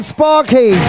Sparky